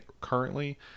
currently